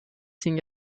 sind